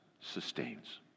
sustains